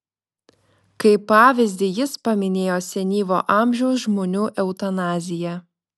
kaip pavyzdį jis paminėjo senyvo amžiaus žmonių eutanaziją